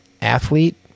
athlete